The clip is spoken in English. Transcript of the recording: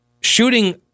shooting